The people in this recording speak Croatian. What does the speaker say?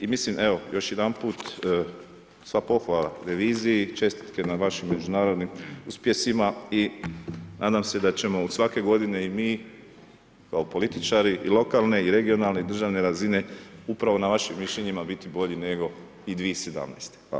I mislim evo još jedanput sva pohvala reviziji, čestitke na vašim međunarodnim uspjesima i nadam se da ćemo svake godine i mi kao političari i lokalne i regionalne i državne razine upravo na vašim mišljenjima biti bolji nego i 2017.